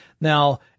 Now